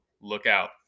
lookout